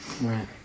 Right